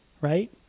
Right